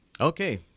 Okay